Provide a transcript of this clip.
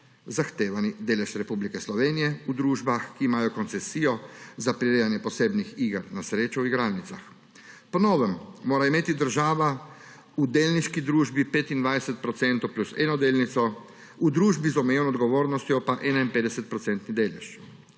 zahtevani delež Republike Slovenije v družbah, ki imajo koncesijo za prirejanje posebnih iger na srečo v igralnicah. Po novem mora imeti država v delniški družbi 25 % plus eno delnico, v družbi z omejeno odgovornostjo pa 51-procentni